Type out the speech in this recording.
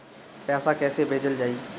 पैसा कैसे भेजल जाइ?